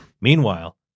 Meanwhile